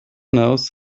knows